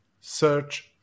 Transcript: Search